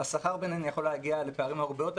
השכר ביניהן יכול להגיע לפערים הרבה יותר